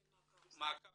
מעקב